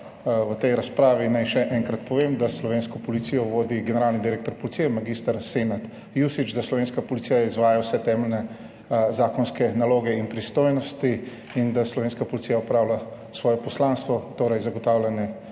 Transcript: v tej razpravi naj še enkrat povem, da slovensko policijo vodi generalni direktor policije, mag. Senad Jušić, da slovenska policija izvaja vse temeljne zakonske naloge in pristojnosti in da slovenska policija opravlja svoje poslanstvo, torej zagotavljanje